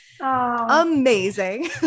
amazing